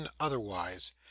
otherwise